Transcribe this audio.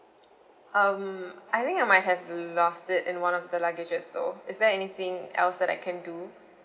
um I think I might have lost it in one of the luggages so is there anything else that I can do